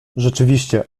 rzeczywiście